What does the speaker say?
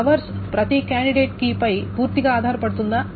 hours ప్రతి candidate కీపై పూర్తిగా ఆధారపడుతుందా